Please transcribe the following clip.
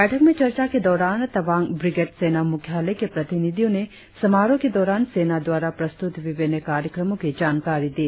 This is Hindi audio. बैठक में चर्चा के दौरान तवांग ब्रिग्रेड सेना मुख्यालय के प्रतिनिधियों ने समारोह के दौरान सेना द्वारा प्रस्तुत विभिन्न कार्यक्रमों की जानकारी दी